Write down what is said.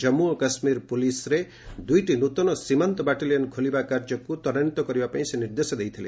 ଜାମ୍ମୁ ଓ କାଶ୍ମୀର ପୋଲିସରେ ଦୁଇଟି ନୂତନ ସୀମାନ୍ତ ବାଟାଲିୟନ ଖୋଲିବା କାର୍ଯ୍ୟକୁ ତ୍ୱରାନ୍ଧିତ କରିବା ପାଇଁ ସେ ନିର୍ଦ୍ଦେଶ ଦେଇଥିଲେ